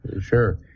sure